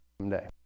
someday